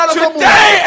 today